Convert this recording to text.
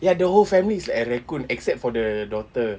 ya the whole family is like a raccoon except for the daughter